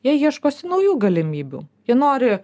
jie ieškosi naujų galimybių jie nori